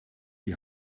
die